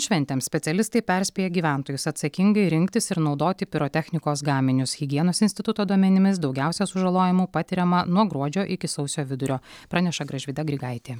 šventėms specialistai perspėja gyventojus atsakingai rinktis ir naudoti pirotechnikos gaminius higienos instituto duomenimis daugiausia sužalojimų patiriama nuo gruodžio iki sausio vidurio praneša gražvyda grigaitė